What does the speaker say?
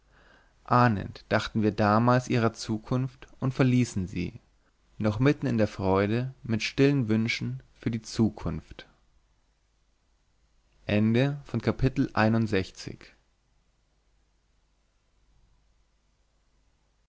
ahnend dachten wir damals ihrer zukunft und verließen sie noch mitten in der freude mit stillen wünschen für die zukunft